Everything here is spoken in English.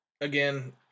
again